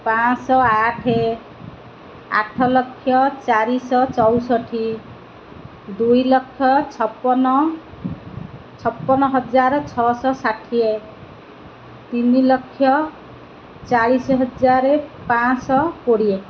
ପାଞ୍ଚ ଶହ ଆଠ ଆଠ ଲକ୍ଷ ଚାରି ଶହ ଚଉଷଠି ଦୁଇ ଲକ୍ଷ ଛପନ ଛପନ ହଜାର ଛଅ ଶହ ଷାଠିଏ ତିନି ଲକ୍ଷ ଚାଳିଶ ହଜାର ପାଞ୍ଚ ଶହ କୋଡ଼ିଏ